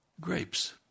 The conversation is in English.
grapes